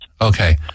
Okay